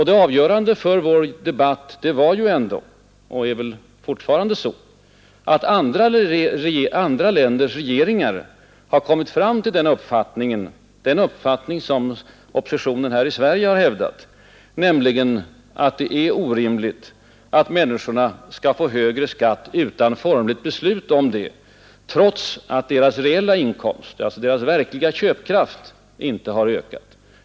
Det avgörande för vår debatt var ändå — och är väl fortfarande — att andra länders regeringar har kommit fram till den uppfattning som oppositionen här i Sverige har hävdat, nämligen att det är orimligt att människorna skall få högre skatt utan formellt beslut om det, trots att deras reella inkomst — alltså deras verkliga köpkraft — inte har ökat.